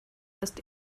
ist